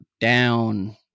down